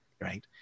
right